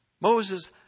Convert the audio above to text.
Moses